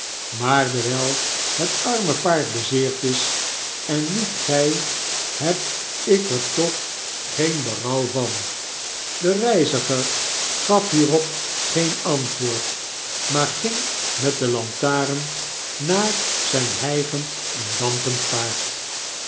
maar dewijl het arme paard bezeerd is en niet gij heb ik er toch geen berouw van de reiziger gaf hierop geen antwoord maar ging met de lantaren naar zijn hijgend en dampend paard